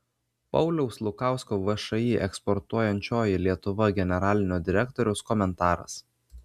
pauliaus lukausko všį eksportuojančioji lietuva generalinio direktoriaus komentaras